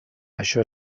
això